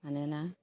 मानोना